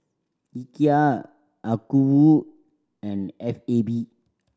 Ikea Acuvue and F A B